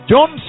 John